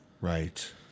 Right